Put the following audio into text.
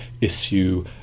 issue